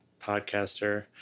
podcaster